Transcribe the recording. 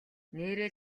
нээрээ